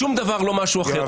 שום דבר לא משהו אחר.